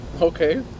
Okay